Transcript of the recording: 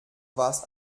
warst